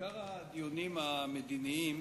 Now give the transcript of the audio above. עיקר הדיונים המדיניים